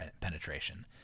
penetration